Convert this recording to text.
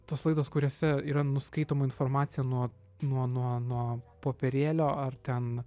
tos laidos kuriose yra nuskaitoma informacija nuo nuo nuo nuo popierėlio ar ten